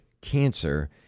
cancer